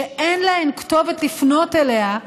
שאין להן כתובת לפנות אליה,